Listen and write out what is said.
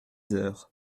heures